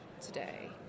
today